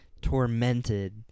tormented